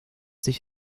sich